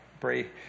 Pray